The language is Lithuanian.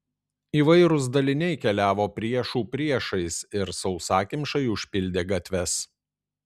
įvairūs daliniai keliavo priešų priešais ir sausakimšai užpildė gatves